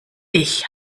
ich